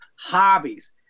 hobbies